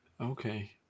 Okay